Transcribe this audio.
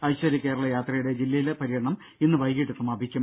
ഐശ്വര്യ കേരള യാത്രയുടെ ജില്ലയിലെ പര്യടനം ഇന്ന് വൈകീട്ട് സമാപിക്കും